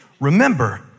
Remember